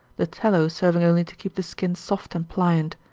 the tallow serving only to keep the skin soft and pliant.